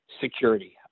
security